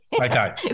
Okay